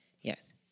Yes